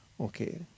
Okay